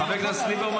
חבר הכנסת ליברמן